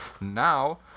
Now